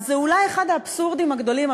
זה אולי אחד האבסורדים הגדולים.